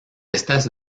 estas